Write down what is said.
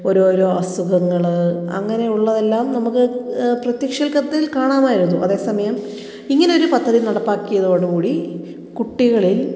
ഓരോരോ അസുഖങ്ങൾ അങ്ങനെ ഉള്ളതെല്ലാം നമുക്ക് പ്രത്യക്ഷത്തിൽ കാണാമായിരുന്നു അതേ സമയം ഇങ്ങനെ ഒരു പദ്ധതി നടപ്പാക്കിയതോടുകൂടി കുട്ടികളിൽ